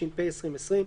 התש"ף 2020,